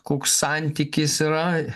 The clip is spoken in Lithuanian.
koks santykis yra